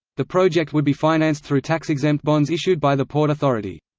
the project would be financed through tax-exempt bonds issued by the port authority.